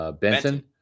Benson